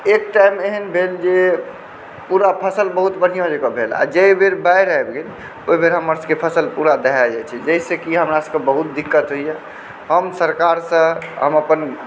एक टाइम एहन भेल जे पुरा फसल जे बहुत बढ़िऑं जकाँ भेल जाहि बेर बाढ़ि आबि गेल ओहिबेर हमर सभकेँ फसल पुरा दहा जाइ छै जाहिसँ कि हमरा सभकेँ बहुत दिक्कत होइए हम सरकारसँ हम अपन